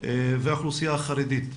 והאוכלוסייה החרדית.